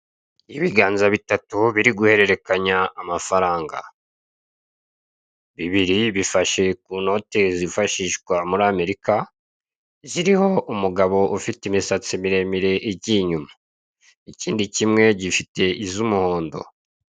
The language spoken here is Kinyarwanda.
Ibiganza bitatu biri guhererekanya amafaranga, bibiri bifashe ku note zifashishwa muri Amerika, ziriho umugabo ufite imisatsi miremire igiye inyuma, ikindi kimwe gifite iz'umuhondo.